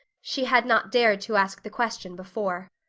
she had not dared to ask the question before.